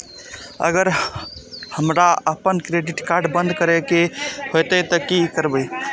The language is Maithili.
अगर हमरा आपन क्रेडिट कार्ड बंद करै के हेतै त की करबै?